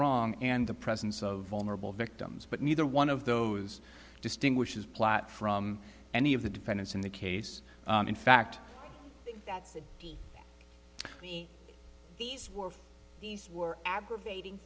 wrong and the presence of vulnerable victims but neither one of those distinguishes plat from any of the defendants in the case in fact that city i mean these were these were aggravating